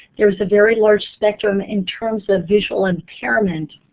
there's a very large spectrum in terms of visual impairment.